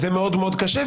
זה מאוד מאוד קשה.